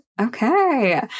Okay